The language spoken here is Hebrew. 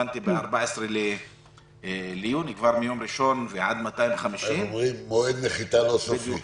הבנתי ב-14 כבר מיום ראשון ועד 250. מועד נחיתה לא סופי.